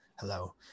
hello